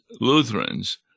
Lutherans